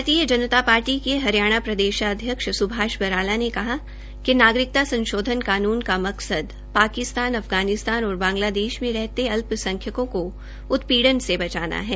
भारतीय जनता पार्टी के हरियाणा प्रदेशाध्यक्ष सुभाष बराला ने कहा कि नागरिकता संशोध्न कानून का मकसद पाकिस्तान अफगानिस्तान और बांगलादेश में रहते अल्पसंख्यकों को उत्पीड़न से बचाना है